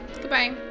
Goodbye